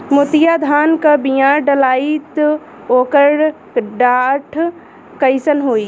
मोतिया धान क बिया डलाईत ओकर डाठ कइसन होइ?